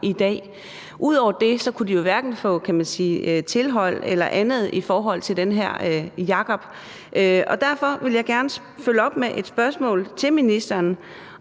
i dag. Ud over det kunne de jo hverken få tilhold eller andet i forhold til den her Jakob, og derfor vil jeg gerne følge op med et spørgsmål til ministeren,